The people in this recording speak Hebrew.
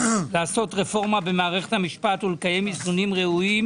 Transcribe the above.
לעשות רפורמה במערכת המשפט ולקיים איזונים ראויים,